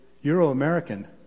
Euro-American